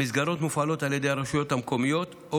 המסגרות מופעלות על ידי הרשויות המקומיות או